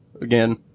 again